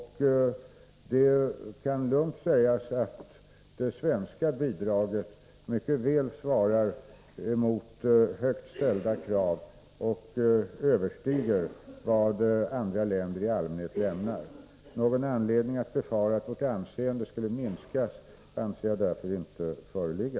Det kan lugnt sägas att det svenska bidraget mycket väl svarar emot högt ställda krav och överskrider vad andra länder i allmänhet lämnar. Någon anledning att befara att vårt anseende skulle minska anser jag därför inte föreligga.